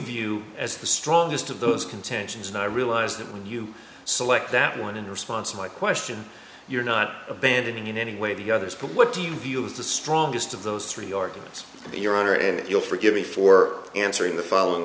view as this strongest of those contentions and i realize that when you select that one in response to my question you're not abandoning in any way the others but what do you view of the strongest of those three arguments your honor if you'll forgive me for answering the following